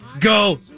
Go